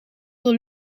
door